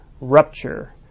rupture